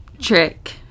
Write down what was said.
trick